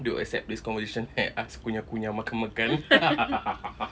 they will accept this conversation at us kunyah-kunyah makan-makan